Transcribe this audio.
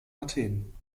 athen